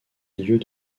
lieux